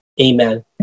Amen